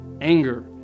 anger